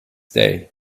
day